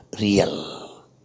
real